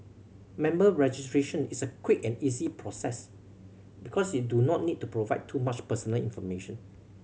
member registration is a quick and easy process because you do not need to provide too much personal information